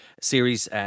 series